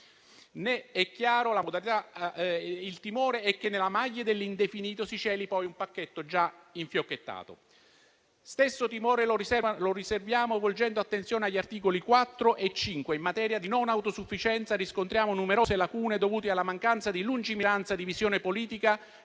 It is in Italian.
delega. Il timore è che, nelle maglie dell'indefinito, si celi un pacchetto già infiocchettato. Stesso timore lo proviamo volgendo l'attenzione agli articoli 4 e 5 dove, in materia di non autosufficienza, riscontriamo numerose lacune dovute ad una mancanza di lungimiranza e di visione politica